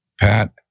Pat